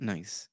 Nice